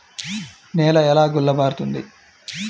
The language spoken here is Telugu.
నేల ఎలా గుల్లబారుతుంది?